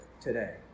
today